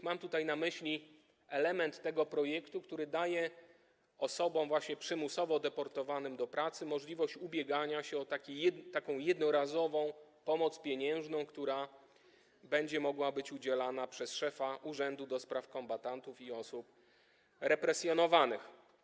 Mam tutaj na myśli element tego projektu dający osobom przymusowo deportowanym do pracy możliwość ubiegania się o jednorazową pomoc pieniężną, która będzie mogła być udzielana przez szefa Urzędu do Spraw Kombatantów i Osób Represjonowanych.